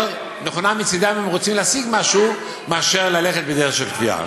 נכונה מצדם אם רוצים להשיג משהו מאשר ללכת בדרך של כפייה.